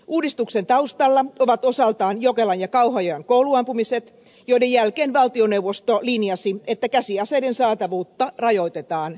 uudistuksen taustalla ovat osaltaan jokelan ja kauhajoen kouluampumiset joiden jälkeen valtioneuvosto linjasi että käsiaseiden saatavuutta rajoitetaan merkittävästi